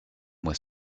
with